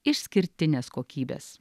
išskirtinės kokybės